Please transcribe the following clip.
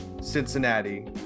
Cincinnati